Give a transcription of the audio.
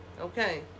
okay